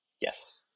Yes